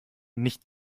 nicht